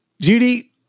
Judy